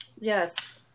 Yes